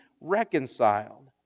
reconciled